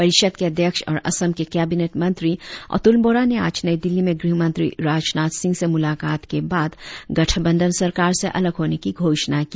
परिषद के अध्यक्ष और असम के कैबिनेट मंत्री अतुल बोरा ने आज नई दिल्ली में गृहमंत्री राजनाथ सिंह से मुलाकात के बाद गठबंधन सरकार से अलग होने की घोषणा की